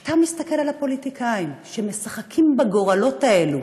ואתה מסתכל על הפוליטיקאים שמשחקים בגורלות האלה